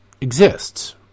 exists